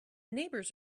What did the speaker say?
neighbors